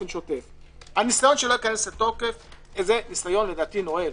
הניסיון שלא ייכנס לתוקף הוא ניסיון נואל.